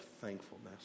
thankfulness